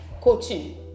coaching